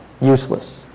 useless